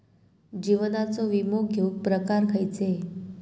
जीवनाचो विमो घेऊक प्रकार खैचे?